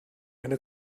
eine